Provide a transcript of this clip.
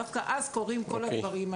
דווקא אז קורים כל הדברים האלה.